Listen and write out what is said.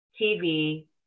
TV